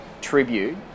tribute